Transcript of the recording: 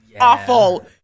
awful